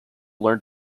learn